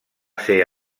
ser